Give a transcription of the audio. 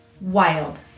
Wild